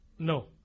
No